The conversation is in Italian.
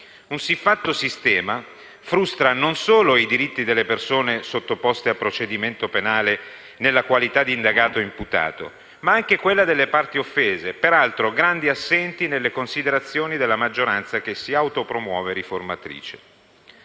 Un siffatto sistema frustra non solo i diritti delle persone sottoposte a procedimento penale nella qualità di indagato o imputato, ma anche quelli delle parti offese, peraltro grandi assenti nelle considerazioni della maggioranza, che si autopromuove riformatrice.